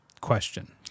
question